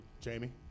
Jamie